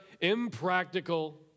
impractical